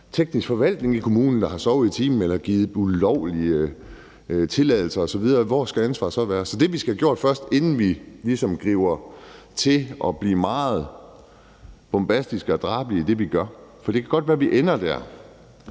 teknisk forvaltning i kommunen, der har sovet i timen eller givet ulovlige tilladelser osv.? Hvor skal ansvaret så være? Så inden vi ligesom griber til at blive meget bombastiske og drabelige i det, vi gør – for det kan godt være, vi ender der